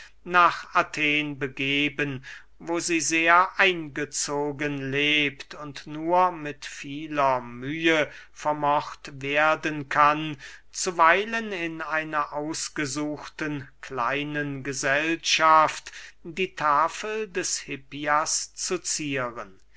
nach athen begeben wo sie sehr eingezogen lebt und nur mit vieler mühe vermocht werden kann zuweilen in einer ausgesuchten kleinen gesellschaft die tafel des hippias zu zieren